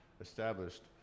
established